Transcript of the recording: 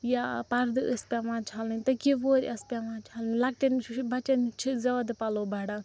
یا پَردٕ ٲسۍ پیٚوان چھَلٕنۍ تٔکی وورِ آسہٕ پیٚوان چھَلٕنۍ لۄکٹیٚن بَچیٚن چھِ زیادٕ پَلوٚو بَڑان